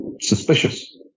suspicious